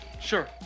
Sure